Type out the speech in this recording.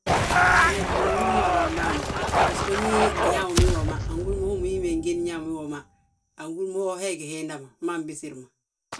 Ñég bingi húr mo anraabàa ma, bbasgo ndi uñaa mo wi woma, angi húr mo hommu hi mee ngi ñaa ma wii woma,. Angi húr mo ho hee gí hiinda ma, mma anbesir ma.